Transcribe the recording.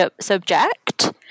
subject